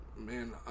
man